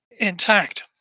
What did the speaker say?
intact